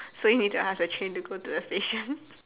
so you need to ask the train to go to the station